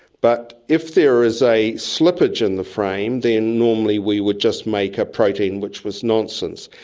but if there is a slippage in the frame, then normally we would just make a protein which was nonsense.